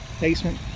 basement